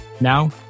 Now